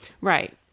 Right